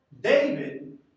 David